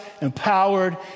empowered